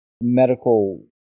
medical